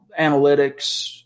analytics